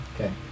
Okay